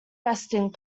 resting